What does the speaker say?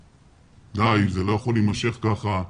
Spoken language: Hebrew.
די, זה לא יכול להימשך כך.